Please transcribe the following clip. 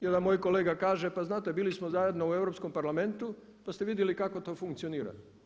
Jedan moj kolega kaže pa znate bili smo zajedno u Europskom parlamentu pa ste vidjeli kako to funkcionira.